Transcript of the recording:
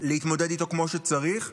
להתמודד איתו כמו שצריך.